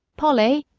polly!